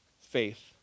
faith